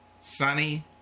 Sunny